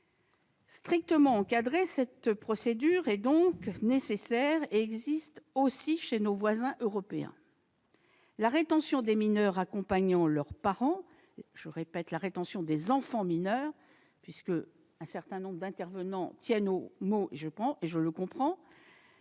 Strictement encadrée, cette procédure est donc nécessaire et existe aussi chez nos voisins européens. La rétention des mineurs accompagnant leurs parents, pardon des enfants mineurs- un certain nombre d'entre vous tiennent à ce mot, ce que je comprends